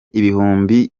ibihumbi